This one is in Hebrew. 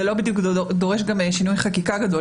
זה לא בדיוק דורש גם שינוי חקיקה גדול.